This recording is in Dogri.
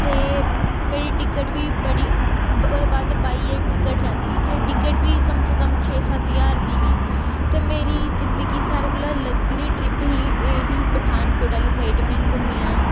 ते मेरी टिकट बी बड़ी ओह्दे बाद मै बाय एयर टिकट लैती ते टिकट बी कम से कम छे सत्त ज्हार दी ही ते मेरी ज़िंदगी दी सारे कोला लग्जरी ट्रिप ही एह् ही पठानकोट साइड मैं घूमी आं